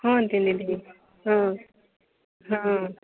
ಹ್ಞೂ ತಿಂದಿದ್ದೀನಿ ಹಾಂ ಹಾಂ